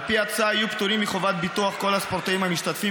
על פי ההצעה יהיו פטורים מחובת ביטוח כל הספורטאים המשתתפים